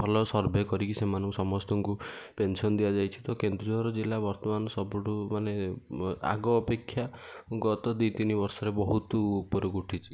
ଭଲ ସର୍ଭେ କରିକି ସେମାନଙ୍କୁ ସମସ୍ତଙ୍କୁ ପେନସନ୍ ଦିଆଯାଇଛି ତ କେନ୍ଦୁଝର ଜିଲ୍ଲା ବର୍ତ୍ତମାନ ସବୁଠୁ ମାନେ ଆଗ ଅପେକ୍ଷା ଗତ ଦୁଇ ତିନି ବର୍ଷରେ ବହୁତ ଉପରକୁ ଉଠିଛି